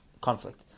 conflict